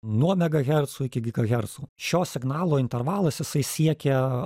nuo megahercų iki gigahercų šio signalo intervalas jisai siekia